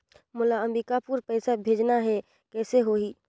मोला अम्बिकापुर पइसा भेजना है, कइसे होही?